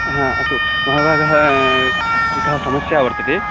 हा अस्तु महाभागः एका समस्या वर्तते